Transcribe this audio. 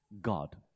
God